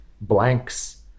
blanks